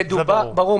ברור,